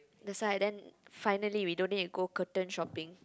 that's why then finally we don't need to go curtain shopping